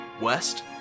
West